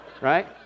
Right